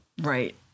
Right